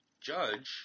judge